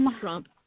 Trump